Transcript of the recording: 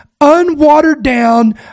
unwatered-down